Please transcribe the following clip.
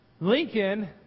Lincoln